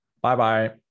Bye-bye